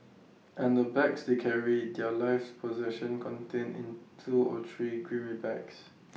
and the bags they carry their life's possessions contained in two or three grimy bags